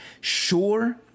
sure